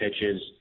pitches